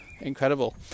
incredible